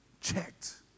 checked